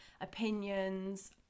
Opinions